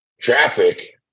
traffic